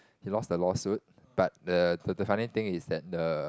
he lost the lawsuit but the the funny thing is that the